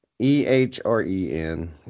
E-H-R-E-N